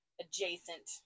adjacent